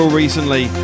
recently